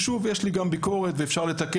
יש לי גם ביקורת על מערכת המשפט,